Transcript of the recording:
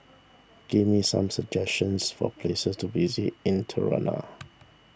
give me some suggestions for places to visit in Tirana